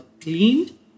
cleaned